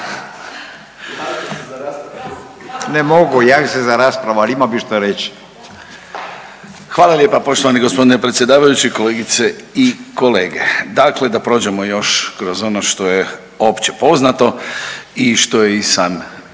Ne mogu javit se za raspravu, ali imao bi što reći. **Dretar, Davor (DP)** Hvala lijepa poštovani gospodine predsjedavajući. Kolege i kolege, dakle da prođemo još kroz ono što je opće poznato i što je i sam